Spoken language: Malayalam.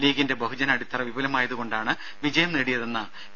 ലീഗിന്റെ ബഹുജന അടിത്തറ വിപുലമായതുകൊണ്ടാണ് വിജയം നേടിയതെന്ന പി